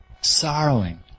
Sorrowing